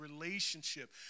relationship